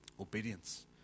obedience